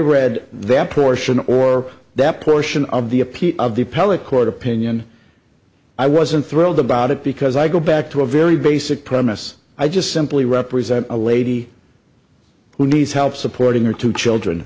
read that portion or that portion of the appeal of the appellate court opinion i wasn't thrilled about it because i go back to a very basic premise i just simply represent a lady who needs help supporting her two children